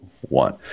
one